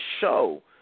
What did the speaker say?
show